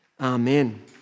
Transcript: Amen